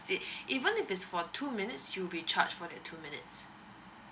exit even if it's for two minutes you'll be charged for the two minutes